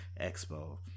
expo